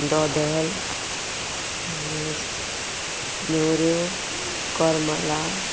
दोदल मागीर नेवऱ्यो कोर्मलां